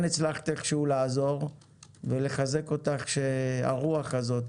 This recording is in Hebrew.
הצלחת איכשהו לעזור ולחזק אותך שהרוח הזאת